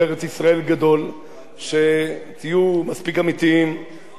שתהיה מספיק אמיתיים ותחברו אלינו,